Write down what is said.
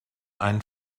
einen